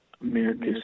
America